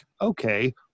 okay